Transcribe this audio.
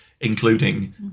including